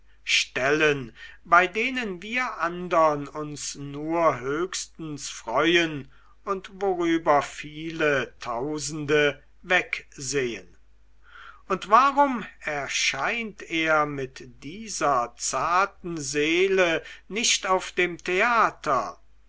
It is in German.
stellen bei denen wir andern uns nur höchstens freuen und worüber viele tausende wegsehen und warum erscheint er mit dieser zarten seele nicht auf dem theater